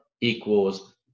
equals